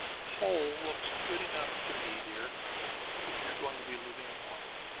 holl looks good enough to me, dear if you're going to be living on it!